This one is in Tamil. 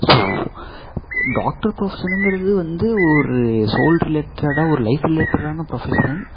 ஸோ டாக்டர் ப்ரொஃபஷனுங்கிறது வந்து ஒரு சோல் ரிலேட்டட்டாக ஒரு லைப் ரிலேட்டட்டான ப்ரொஃபஷன்